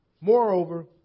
Moreover